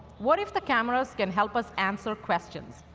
what if the cameras can help us answer questions?